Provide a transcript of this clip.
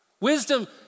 Wisdom